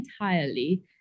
entirely